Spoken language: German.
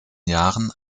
jahren